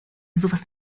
sowas